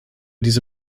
diese